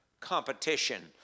competition